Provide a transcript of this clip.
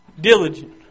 diligent